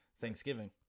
Thanksgiving